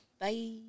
Bye